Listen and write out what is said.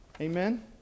Amen